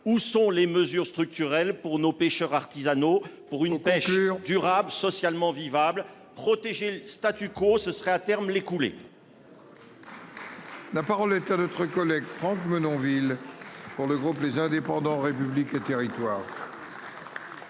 Où sont les mesures structurelles pour nos pêcheurs artisanaux pour une pêche durable socialement vivable protéger le statu quo, ce serait à terme les couler. La parole est à notre collègue Franck Menonville. Pour le groupe les indépendants République et Thierry.